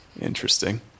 interesting